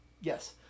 Yes